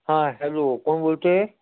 हां हॅलो कोण बोलतं आहे